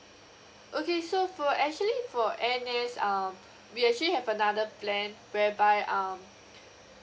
okay so for actually for N_S um we actually have another plan whereby um